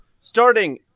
starting